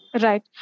Right